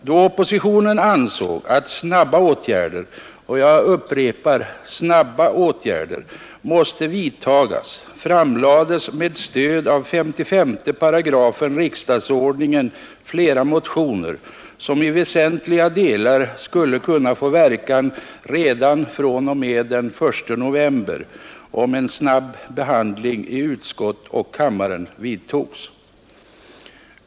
Då oppositionen ansåg att snabba åtgärder — jag upprepar: snabba åtgärder — måste vidtagas framlades med stöd av 55 § riksdagsordningen flera motioner, som i väsentliga delar skulle kunna få verkan redan fr.o.m. den I november om en snabb behandling i utskott och kammare vidtogs.